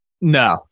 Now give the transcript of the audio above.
No